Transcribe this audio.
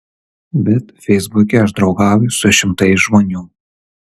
bet feisbuke aš draugauju su šimtais žmonių